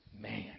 man